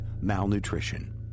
malnutrition